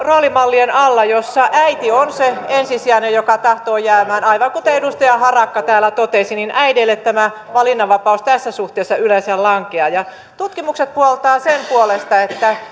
roolimallien alla joissa äiti on se ensisijainen joka tahtoo jäämään aivan kuten edustaja harakka täällä totesi niin äideille tämä valinnanvapaus tässä suhteessa yleensä lankeaa tutkimukset puoltavat sen puolesta että